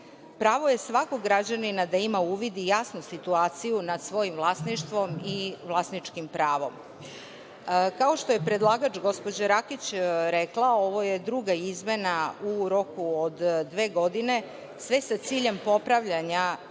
je svakog građanina da ima uvid i jasnu situaciju nad svojim vlasništvom i vlasničkim pravom. Kao što je predlagač, gospođa Rakić rekla, ovo je druga izmena u roku od dve godine, sve sa ciljem popravljanja